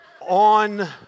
on